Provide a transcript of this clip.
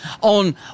on